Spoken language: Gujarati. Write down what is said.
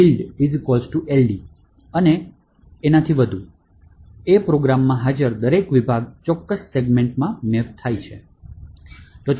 build LD અને તેથી વધુ તેથી પ્રોગ્રામમાં હાજર દરેક વિભાગ ચોક્કસ સેગમેન્ટમાં મેપ થાય છે